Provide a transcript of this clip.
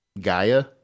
Gaia